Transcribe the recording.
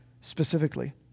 specifically